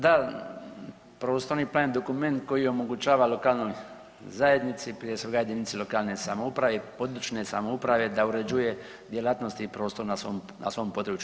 Da, prostorni plan je dokument koji omogućava lokalnoj zajednici, prije svega jedinici lokalne samouprave i područne samouprave da uređuje djelatnosti i prostor na svom području.